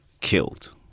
killed